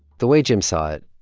the way jim saw it,